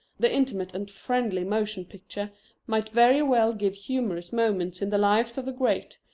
the intimate-and-friendly motion picture might very well give humorous moments in the lives of the great,